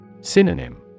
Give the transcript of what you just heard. Synonym